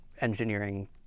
engineering